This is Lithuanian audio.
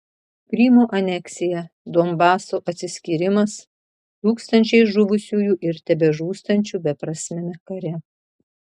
krymo aneksija donbaso atsiskyrimas tūkstančiai žuvusiųjų ir tebežūstančių beprasmiame kare